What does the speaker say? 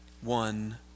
one